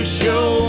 show